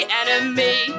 enemy